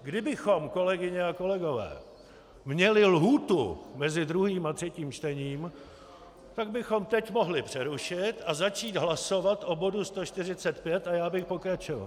Kdybychom, kolegyně a kolegové, měli lhůtu mezi druhým a třetím čtením, tak bychom teď mohli přerušit a začít hlasovat o bodu 145 a já bych pokračoval.